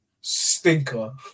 stinker